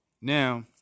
Now